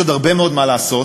יש עוד הרבה מאוד מה לעשות,